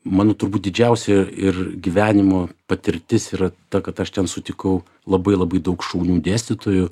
mano turbūt didžiausia ir gyvenimo patirtis yra ta kad aš ten sutikau labai labai daug šaunių dėstytojų